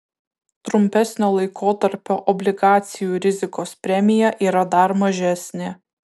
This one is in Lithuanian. trumpesnio laikotarpio obligacijų rizikos premija yra dar mažesnė